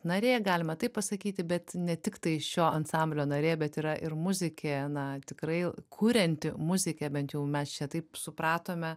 narė galima taip pasakyti bet ne tiktai šio ansamblio narė bet yra ir muzikė na tikrai kurianti muzikė bent jau mes čia taip supratome